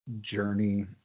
journey